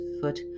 foot